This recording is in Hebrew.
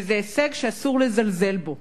וזה הישג שאסור לזלזל בו.